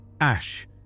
Ash